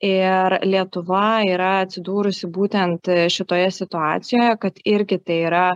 ir lietuva yra atsidūrusi būtent šitoje situacijoje kad irgi tai yra